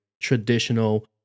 traditional